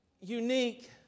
unique